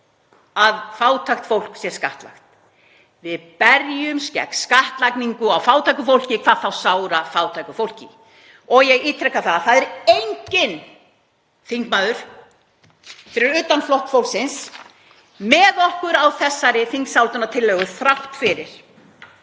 að fátækt fólk sé skattlagt, við berjumst gegn skattlagningu á fátæku fólki, hvað þá sárafátæku fólki. Ég ítreka að það er enginn þingmaður fyrir utan Flokk fólksins með okkur á þessari þingsályktunartillögu þrátt fyrir